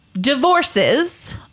Divorces